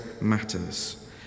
matters